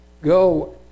go